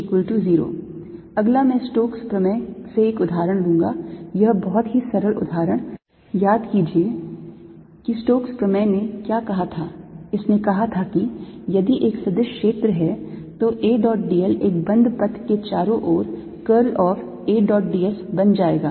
z L20 अगला मैं Stokes प्रमेय से एक उदाहरण लूंगा एक बहुत ही सरल उदाहरण याद कीजिए कि स्टोक्स प्रमेय ने क्या कहा था इसने कहा था कि यदि एक सदिश क्षेत्र है तो A dot d l एक बंद पथ के चारों ओर curl of A dot d s बन जाएगा